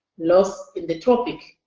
lost in the tropic